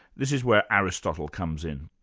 this is where aristotle comes in.